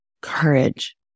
courage